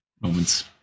moments